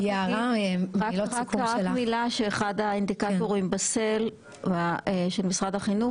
אחד האינדיקטורים ב-SEL של משרד החינוך